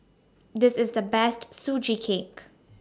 This IS The Best Sugee Cake